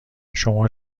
شما